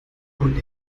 hunde